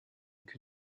cul